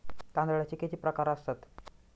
तांदळाचे किती प्रकार असतात?